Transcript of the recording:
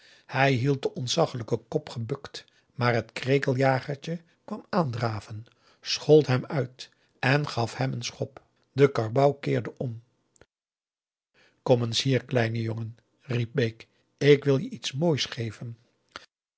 hij hield den ontzaglijken kop gebukt maar het krekel jagertje kwam aandraven schold hem uit en gaf hem een schop de karbouw keerde om kom eens hier kleine jongen riep bake ik wil je iets moois geven